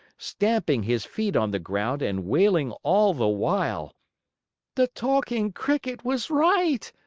stamping his feet on the ground and wailing all the while the talking cricket was right!